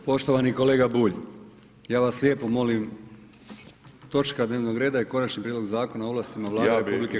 Poštovani kolega Bulj, ja vas lijepo molim točka dnevnog reda je Konačni prijedlog Zakona o ovlastima Vlade RH.